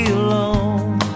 alone